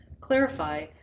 clarify